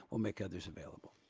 we'll make others available.